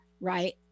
right